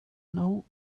know